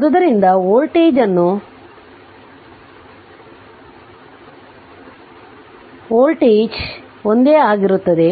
ಆದ್ದರಿಂದವೋಲ್ಟೇಜ್ ಒಂದೇ ಆಗಿರುತ್ತದೆ